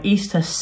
Easter